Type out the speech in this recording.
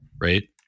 Right